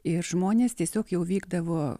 ir žmonės tiesiog jau vykdavo